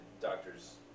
doctors